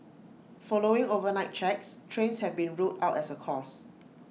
following overnight checks trains have been ruled out as A cause